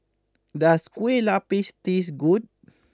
does Kueh Lupis tastes good